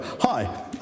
hi